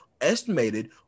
estimated